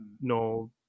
no